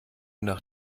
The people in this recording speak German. nach